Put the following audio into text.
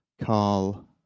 Carl